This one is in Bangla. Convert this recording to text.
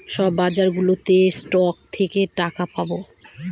সব বাজারগুলোতে স্টক থেকে টাকা পাবো